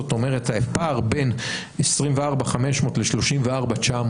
זאת אומרת הפער בין 24,500 ל-34,900